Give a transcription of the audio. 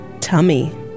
Tummy